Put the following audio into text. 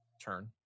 turn